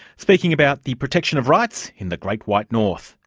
speaking about the protection of rights in the great white north.